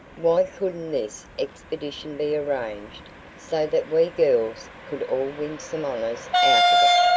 why couldn't this expedition be arranged so that we girls could all win some honors out of it?